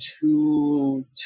two